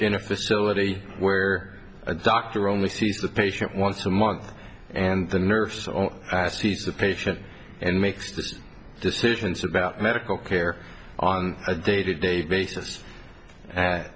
in a facility where a doctor only sees the patient once a month and the nurse on assays the patient and makes the decisions about medical care on a day to day basis